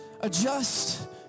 Adjust